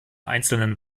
einzelnen